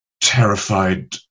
terrified